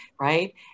right